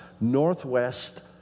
northwest